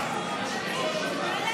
שוויון בפני החוק ואיסור הפליה)